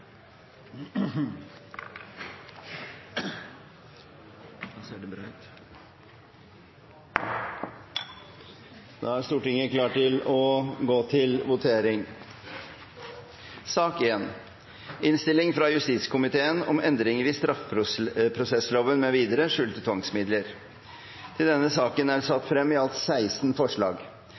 Da er Stortinget klar til å gå til votering. Under debatten er det satt frem i alt 16 forslag.